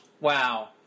Wow